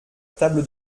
table